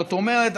זאת אומרת,